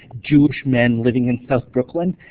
jewish men living in south brooklyn,